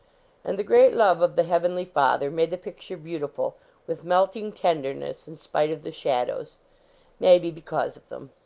and the great love of the heavenly father made the picture beautiful with melting ten derness in spite of the shadows maybe be cause of them.